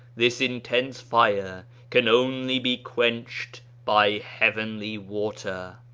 this intense fire can only be quenched by heavenly water.